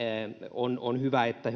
on on hyvä että